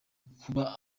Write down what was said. kuba